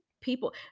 people